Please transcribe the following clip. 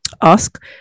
ask